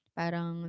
parang